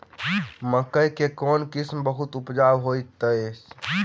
मकई केँ कोण किसिम बहुत उपजाउ होए तऽ अछि?